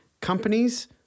companies